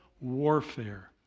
warfare